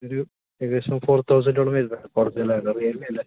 ഒരു ഏകദേശം ഫോർ തൗസൻഡോളം വരുന്നുണ്ട് ഒറിജിനൽ ആയത് റിയൽമി അല്ലേ